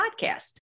podcast